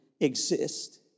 exist